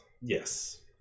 yes